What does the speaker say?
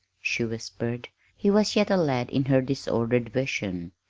she whispered he was yet a lad in her disordered vision.